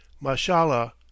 mashallah